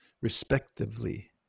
Respectively